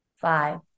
five